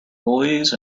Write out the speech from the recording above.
boys